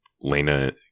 Lena